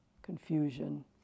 confusion